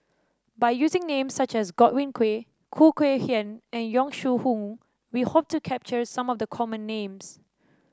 by using names such as Godwin Koay Khoo Kay Hian and Yong Shu Hoong we hope to capture some of the common names